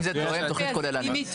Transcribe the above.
אם היא תואמת.